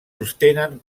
sostenen